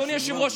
אדוני היושב-ראש,